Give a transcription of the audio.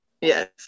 Yes